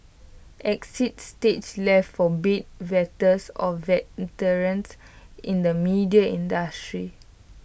exit stage left for bed wetters or veterans in the media industry